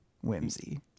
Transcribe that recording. whimsy